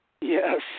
Yes